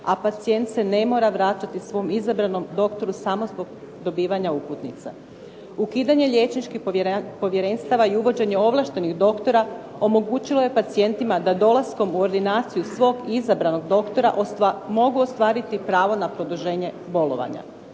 a pacijent se ne mora vraćati svom izabranom doktoru samo zbog dobivanja uputnice. Ukidanje liječničkih povjerenstava i uvođenje ovlaštenih doktora omogućilo je pacijentima da dolaskom u ordinaciju svog izabranog doktora mogu ostvariti pravo na produženje bolovanja.